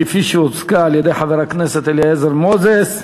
כפי שהוצגה על-ידי חבר הכנסת אליעזר מוזס,